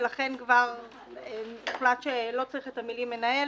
לכן הוחלט שלא צריך את המילים "מנהל",